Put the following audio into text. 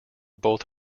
both